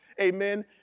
amen